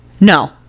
no